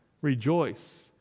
Rejoice